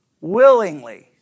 Willingly